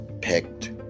picked